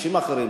אנשים אחרים,